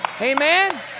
Amen